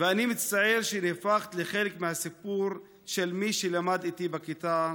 ואני מצטער שנהפכת לחלק מהסיפור של מי שלמד איתי בכיתה.